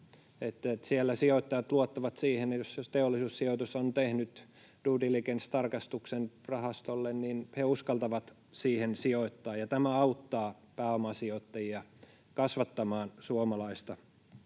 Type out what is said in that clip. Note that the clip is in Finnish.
Siellä sijoittajat luottavat siihen, että jos Teollisuussijoitus on tehnyt due diligence ‑tarkastuksen rahastolle, niin he uskaltavat siihen sijoittaa, ja tämä auttaa pääomasijoittajia kasvattamaan suomalaista